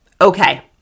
Okay